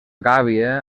gàbia